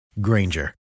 Granger